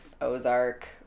Ozark